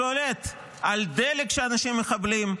שולט על הדלק שאנשים מקבלים.